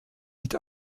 mit